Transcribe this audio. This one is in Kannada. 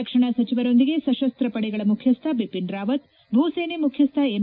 ರಕ್ಷಣಾ ಸಚಿವರೊಂದಿಗೆ ಸಶಸ್ತ ಪಡೆಗಳ ಮುಖ್ಯಸ್ತ ಬಿಪಿನ್ ರಾವತ್ ಭೂಸೇನೆ ಮುಖ್ಯಸ್ತ ಎಂ